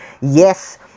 Yes